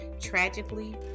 Tragically